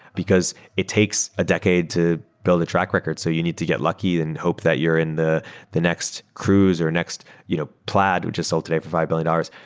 because it takes a decade to build a track record. so you need to get lucky and hope that you're in the the next cruise or next you know plaid, which is sold today for five billion dollars.